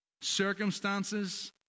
circumstances